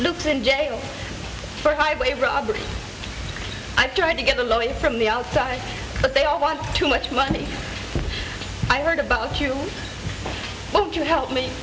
looks in jail for highway robbery i tried to get a loan from the outside but they all want too much money i heard about you won't you help me